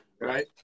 right